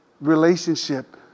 Relationship